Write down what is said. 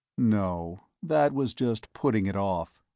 no, that was just putting it off.